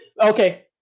Okay